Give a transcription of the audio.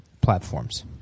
platforms